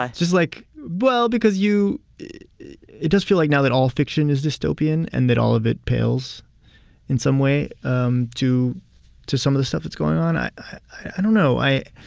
just like well, because you it does feel like now that all fiction is dystopian and that all of it pales in some way um to to some of the stuff that's going on. i i don't know. i